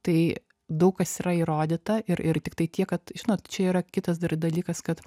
tai daug kas yra įrodyta ir ir tiktai tiek kad žinot čia yra kitas dar dalykas kad